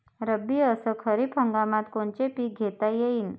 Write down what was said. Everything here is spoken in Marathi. रब्बी अस खरीप हंगामात कोनचे पिकं घेता येईन?